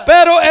Pero